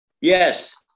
Yes